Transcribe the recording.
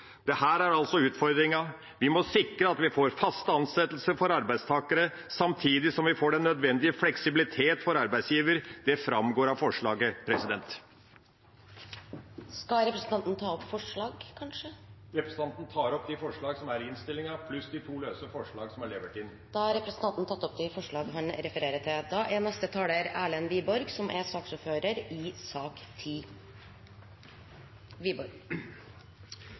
er altså utfordringen. Vi må sikre at vi får faste ansettelser for arbeidstakere, samtidig som vi får den nødvendige fleksibilitet for arbeidsgiver. Det framgår av forslaget. Skal representanten ta opp forslag? Representanten tar opp forslaget fra Senterpartiet og Sosialistisk Venstreparti i sak nr. 10 pluss de to løse forslagene som er levert inn til sak nr. 9. Da har representanten Per Olaf Lundteigen tatt opp de forslagene han refererte til. Vi behandler i dag flere representantforslag som